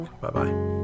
Bye-bye